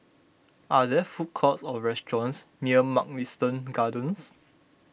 are there food courts or restaurants near Mugliston Gardens